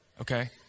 okay